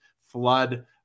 flood